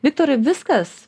viktorai viskas